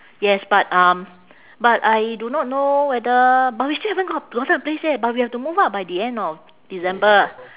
yes but um but I do not know whether but we still haven't got~ gotten a place yet but we have to move out by the end of december